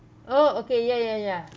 oh okay ya ya ya